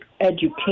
education